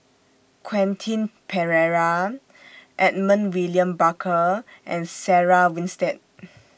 Quentin Pereira Edmund William Barker and Sarah Winstedt